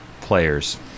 players